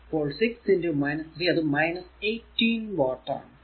അപ്പോൾ 6 3 അത് 18 വാട്ട് ആണ്